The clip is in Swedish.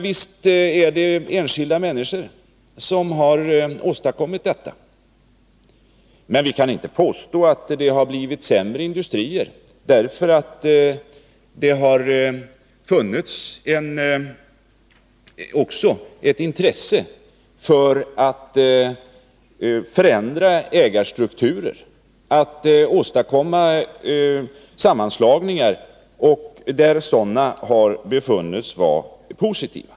Visst är det enskilda människor som har åstadkommit detta, men vi kan inte påstå att det har blivit sämre industrier därför att det också har funnits ett intresse för att förändra ägarstrukturer och åstadkomma sammanslagningar, där sådana har befunnits vara positiva.